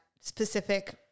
specific